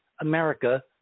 America